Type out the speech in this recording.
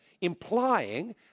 Implying